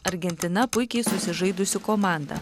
argentina puikiai susižaidusi komanda